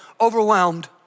overwhelmed